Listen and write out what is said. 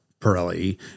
Pirelli